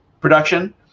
production